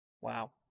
Wow